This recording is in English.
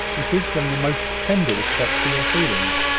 it is from the most tender respect for your feelings.